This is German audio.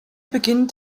beginnt